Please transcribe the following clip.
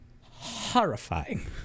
horrifying